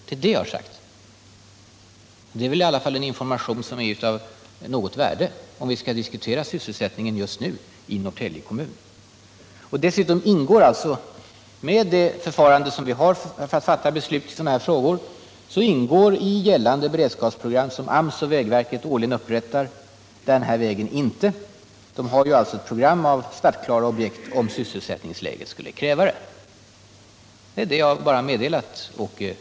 Det är det jag har sagt, och det är väl i alla fall en information som är av något värde, om vi skall diskutera sysselsättningen just nu i Norrtälje kommun. Med det förfarande som vi har för att fatta beslut i sådana frågor ingår inte den här vägen i gällande beredskapsprogram som AMS och vägverket årligen upprättar. De har alltså ett program av startklara objekt, om sysselsättningsläget skulle kräva det. Det är vad jag har meddelat Åke Wictorsson.